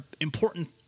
important